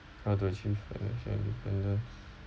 how to achieve financial independence